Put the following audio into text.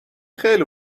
خیلی